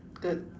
good